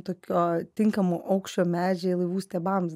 tokio tinkamo aukščio medžiai laivų stiebams